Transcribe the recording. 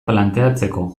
planteatzeko